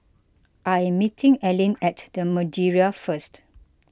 I am meeting Allyn at the Madeira first